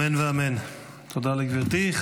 תודה לגברתי.